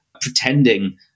pretending